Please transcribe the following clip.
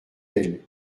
elle